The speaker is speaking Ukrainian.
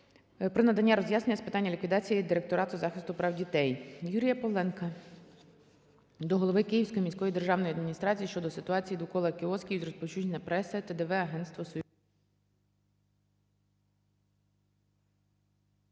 про надання роз'яснень з питання ліквідації Директорату захисту прав дітей. Юрія Павленка до голови Київської міської державної адміністрації щодо ситуації довкола кіосків із розповсюдження преси ТДВ "Агентство Союздрук".